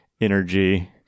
energy